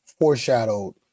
foreshadowed